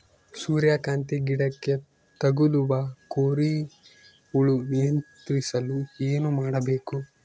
ಸೂರ್ಯಕಾಂತಿ ಗಿಡಕ್ಕೆ ತಗುಲುವ ಕೋರಿ ಹುಳು ನಿಯಂತ್ರಿಸಲು ಏನು ಮಾಡಬೇಕು?